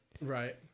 Right